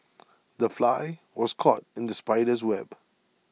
the fly was caught in the spider's web